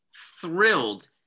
thrilled